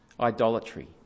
idolatry